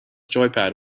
joypad